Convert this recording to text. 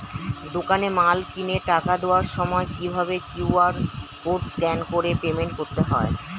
দোকানে মাল কিনে টাকা দেওয়ার সময় কিভাবে কিউ.আর কোড স্ক্যান করে পেমেন্ট করতে হয়?